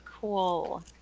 Cool